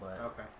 Okay